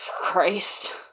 Christ